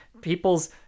People's